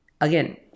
again